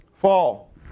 Fall